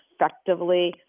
effectively